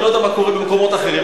אני לא יודע מה קורה במקומות אחרים,